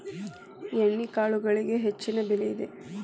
ಎಣ್ಣಿಕಾಳುಗಳಿಗೆ ಹೆಚ್ಚಿನ ಬೆಲೆ ಇದೆ